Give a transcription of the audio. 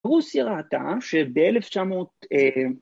רוסיה ראתה שב-19...